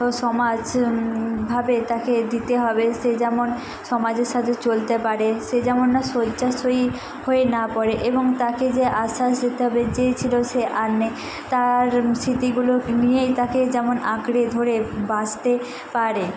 সমাজ ভাবে তাকে দিতে হবে সে যেমন সমাজের সাথে চলতে পারে সে যেমন না শয্যাশয়ী হয়ে না পড়ে এবং তাকে যে আশা হবে যে ছিলো সে আর নেই তার স্মৃতিগুলো এমনিই তাকে যেমন আঁকড়ে ধরে বাঁচতে পারে